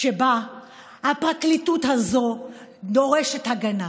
שבה הפרקליטות הזאת דורשת הגנה.